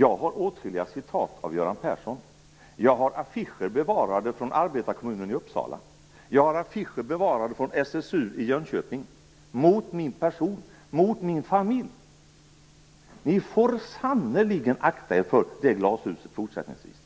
Jag har åtskilliga citat av Göran Persson, jag har affischer bevarade från arbetarkommunen i Uppsala, jag har affischer bevarade från SSU i Jönköping riktade mot min person, mot min familj. Ni får sannerligen akta er för det glashuset fortsättningsvis.